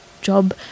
job